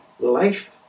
life